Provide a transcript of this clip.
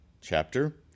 chapter